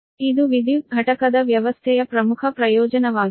ಇದು ವಿದ್ಯುತ್ ಘಟಕದ ವ್ಯವಸ್ಥೆಯ ಪ್ರಮುಖ ಪ್ರಯೋಜನವಾಗಿದೆ